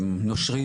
נושרים